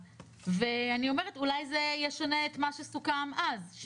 אני אומרת שאולי זה ישנה את מה שסוכם אז.